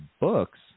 books